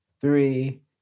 three